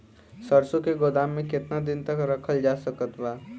सरसों के गोदाम में केतना दिन तक रखल जा सकत बा?